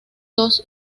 dos